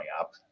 up